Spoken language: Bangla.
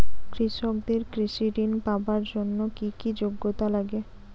কৃষকদের কৃষি ঋণ পাওয়ার জন্য কী কী যোগ্যতা লাগে?